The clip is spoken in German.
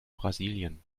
brasilien